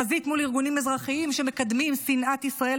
חזית מול ארגונים אזרחיים שמקדמים שנאת ישראל